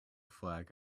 flag